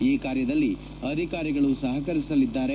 ಈ ಕಾರ್ಯದಲ್ಲಿ ಅಧಿಕಾರಿಗಳು ಸಹಕರಿಸಲಿದ್ದಾರೆ